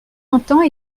entend